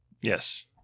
Yes